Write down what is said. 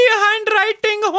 handwriting